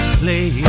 play